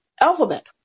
alphabet